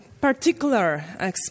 particular